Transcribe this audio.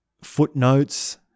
footnotes